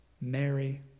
Mary